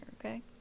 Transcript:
okay